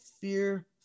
fear